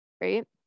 right